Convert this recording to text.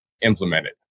implemented